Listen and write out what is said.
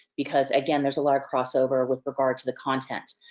because, again, there's a lot of crossover with regard to the content.